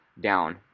down